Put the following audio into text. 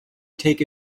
take